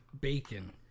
bacon